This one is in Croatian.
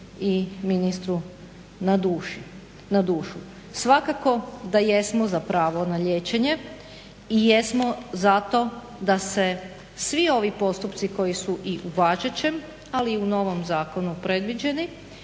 i ministru na dušu. Svakako da jesmo za pravo na liječenje i jesmo za to da se i svi ovi postupci koji su i u važećem ali i u novom zakonu predviđeni